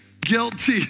guilty